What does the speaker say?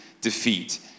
defeat